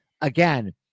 again